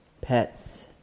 Pets